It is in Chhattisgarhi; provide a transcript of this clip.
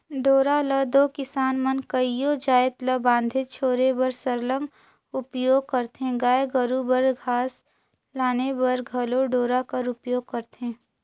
डोरा ल दो किसान मन कइयो जाएत ल बांधे छोरे बर सरलग उपियोग करथे गाय गरू बर घास लाने बर घलो डोरा कर उपियोग करथे